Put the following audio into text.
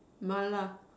mala